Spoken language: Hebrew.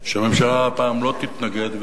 שהממשלה הפעם לא תתנגד,